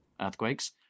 earthquakes